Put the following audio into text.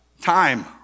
Time